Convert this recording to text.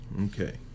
okay